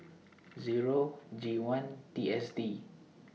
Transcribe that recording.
Zero G one T S D